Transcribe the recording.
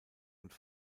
und